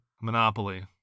Monopoly